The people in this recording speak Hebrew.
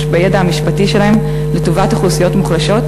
בידע המשפטי שלהם לטובת אוכלוסיות מוחלשות,